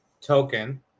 token